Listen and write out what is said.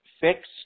fixed